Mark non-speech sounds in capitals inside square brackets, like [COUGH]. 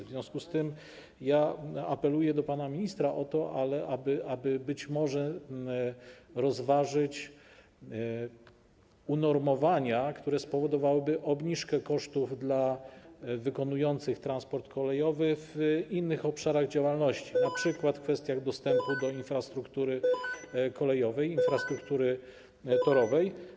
W związku z tym apeluję do pana ministra o to, aby być może rozważyć unormowania, które spowodowałyby obniżkę kosztów w odniesieniu do wykonujących transport kolejowy w innych obszarach działalności, [NOISE] np. w kwestiach dostępu do infrastruktury kolejowej, infrastruktury torowej.